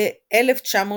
ב-1980.